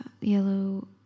yellow